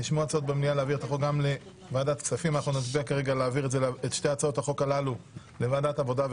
לצערנו, כרגע הוועדה לא